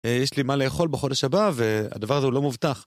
יש לי מה לאכול בחודש הבא והדבר הזה הוא לא מובטח.